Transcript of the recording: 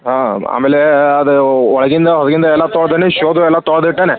ಹಾಂ ಆಮೇಲೆ ಅದು ಒಳಗಿಂದ ಹೊರಗಿಂದ ಎಲ್ಲ ತೊಳ್ದೆನಿ ಶೋದು ಎಲ್ಲ ತೊಳ್ದು ಇಟ್ಟೇನಿ